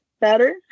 better